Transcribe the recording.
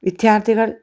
വിദ്യാർത്ഥികൾ